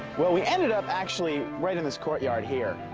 well, we ended up actually right in this courtyard here.